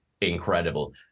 incredible